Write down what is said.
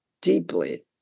deeply